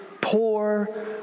poor